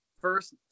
first